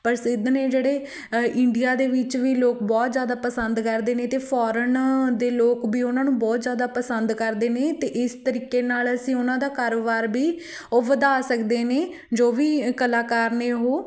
ਪ੍ਰਸਿੱਧ ਨੇ ਜਿਹੜੇ ਇੰਡੀਆ ਦੇ ਵਿੱਚ ਵੀ ਲੋਕ ਬਹੁਤ ਜ਼ਿਆਦਾ ਪਸੰਦ ਕਰਦੇ ਨੇ ਅਤੇ ਫੋਰਨ ਦੇ ਲੋਕ ਵੀ ਉਹਨਾਂ ਨੂੰ ਬਹੁਤ ਜ਼ਿਆਦਾ ਪਸੰਦ ਕਰਦੇ ਨੇ ਅਤੇ ਇਸ ਤਰੀਕੇ ਨਾਲ ਅਸੀਂ ਉਹਨਾਂ ਦਾ ਕਾਰੋਬਾਰ ਵੀ ਉਹ ਵਧਾ ਸਕਦੇ ਨੇ ਜੋ ਵੀ ਕਲਾਕਾਰ ਨੇ ਉਹ